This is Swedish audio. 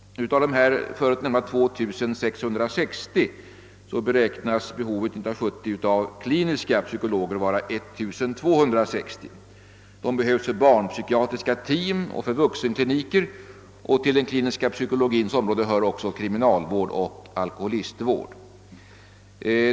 Av de förut nämnda 2660 psykologerna beräknas behovet av kliniska psykologer 1970 vara 1260. De behövs för barnpsykiatriska team och för vuxenkliniker. Till den kliniska psykologins område hör kriminalvård och alkoholistvård.